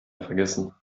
vergessen